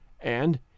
And